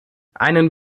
einen